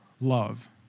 love